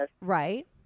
Right